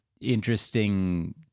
interesting